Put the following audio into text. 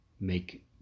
make